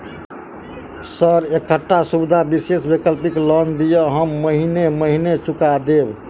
Sir एकटा सुविधा विशेष वैकल्पिक लोन दिऽ हम महीने महीने चुका देब?